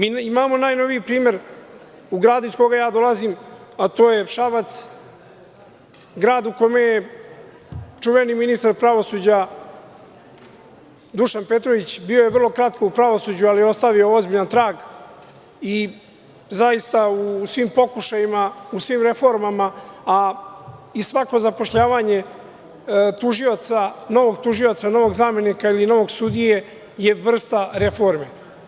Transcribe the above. Imamo najnoviji primer u gradu iz koga ja dolazim, a to je Šabac, grad u kome je čuveni ministar pravosuđa Dušan Petrović, bio je vrlo kratko u pravosuđu, ali je ostavio ozbiljan trag, i zaista u svim pokušajima, u svim reformama, a i svako zapošljavanje novog tužioca, novog zamenika, ili novog sudije je vrsta reforme.